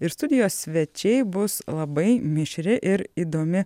ir studijos svečiai bus labai mišri ir įdomi